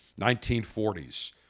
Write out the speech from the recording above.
1940s